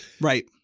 Right